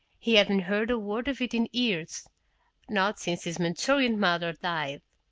he hadn't heard a word of it in years not since his mentorian mother died.